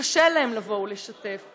שקשה להן לבוא ולשתף.